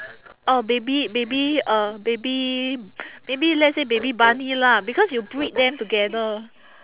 uh baby baby uh baby baby let's say baby bunny lah because you breed them together